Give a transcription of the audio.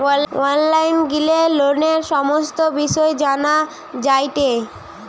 online গিলে লোনের সমস্ত বিষয় জানা যায়টে